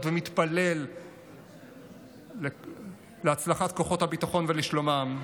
ומתפלל להצלחת כוחות הביטחון ולשלומם,